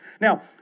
Now